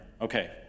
Okay